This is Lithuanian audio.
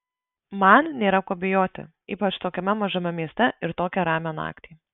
man nėra ko bijoti ypač tokiame mažame mieste ir tokią ramią naktį